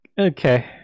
Okay